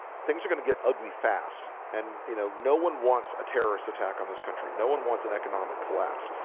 things are gonna get ugly fast and you know, no one wants a terrorist attack on this country no, one wants an economic collapse,